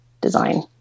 Design